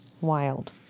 wild